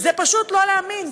זה פשוט לא להאמין.